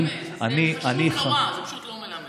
זה סבבה, אבל זה לא מלמד.